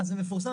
זה מפורסם,